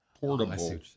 portable